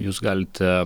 jūs galite